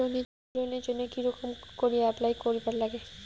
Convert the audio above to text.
Gold লোনের জইন্যে কি রকম করি অ্যাপ্লাই করিবার লাগে?